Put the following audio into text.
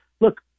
look